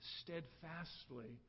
steadfastly